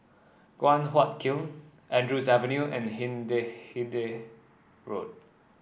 Guan Huat Kiln Andrews Avenue and Hindhede Road